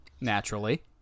Naturally